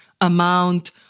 amount